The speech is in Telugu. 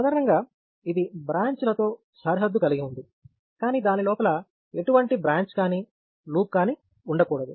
సాధారణంగా ఇది బ్రాంచ్ లతో సరిహద్దు కలిగి ఉంది కానీ దాని లోపల ఎటువంటి బ్రాంచ్ కానీ లూప్ కానీ ఉండకూడదు